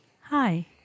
Hi